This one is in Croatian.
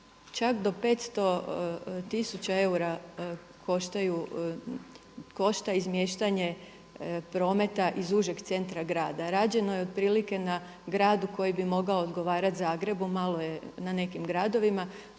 čak do 500 tisuća eura košta izmiještanje prometa iz užeg centra grada. Rađeno je otprilike na gradu koji bi mogao odgovarat Zagrebu. Malo je na nekim gradovima.